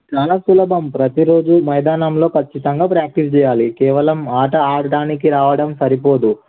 చాలా సులభం ప్రతిరోజు మైదానంలో ఖచ్చితంగా ప్రాక్టీస్ చెయ్యాలి కేవలం ఆట ఆడడానికి రావడం సరిపోదు